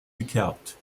gekerbt